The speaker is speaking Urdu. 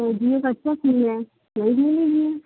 تو جیے ک اچھا ف ہے نہیں د لیجیے